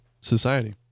society